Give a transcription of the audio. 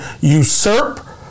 usurp